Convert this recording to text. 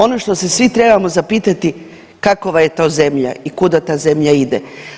Ono što se svi trebamo zapitati kakova je ta zemlja i kuda ta zemlja ide.